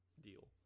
deal